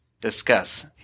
Discuss